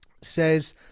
says